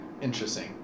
Interesting